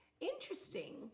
Interesting